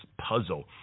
puzzle